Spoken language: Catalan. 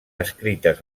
escrites